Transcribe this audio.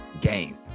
game